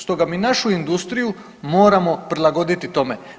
Stoga mi našu industriju moramo prilagoditi tome.